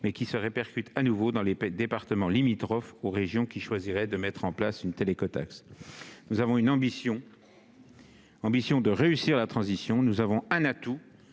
mais qui se répercute de nouveau dans les départements limitrophes aux régions qui choisiraient de mettre en place d'une telle écotaxe. Nous avons une ambition- réussir la transition -et nous avons des atouts